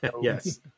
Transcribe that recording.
Yes